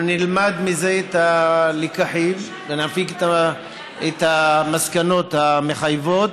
אנחנו נפיק מזה את הלקחים ונלמד את המסקנות המחייבות.